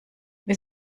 wir